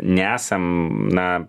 nesam na